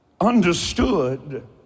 understood